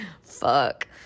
Fuck